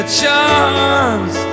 charms